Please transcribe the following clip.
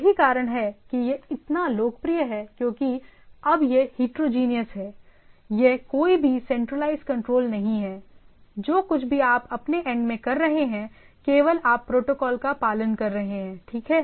यही कारण है कि यह इतना लोकप्रिय है क्योंकि अब यह हीट्रॉजीनियस है यह कोई भी सेंट्रलाइज्ड कंट्रोल नहीं है जो कुछ भी आप अपने एंड में कर रहे हैं केवल आप प्रोटोकॉल का पालन कर रहे हैं ठीक है